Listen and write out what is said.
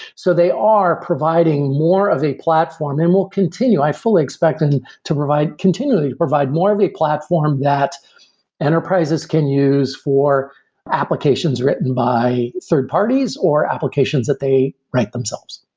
so they are providing more of a platform and will continue. i fully expect them to provide, continually provide more of a platform that enterprises can use for applications written by third-parties or applications that they write themselves,